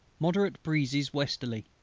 moderate breezes westerly.